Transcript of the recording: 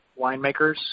winemakers